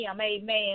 amen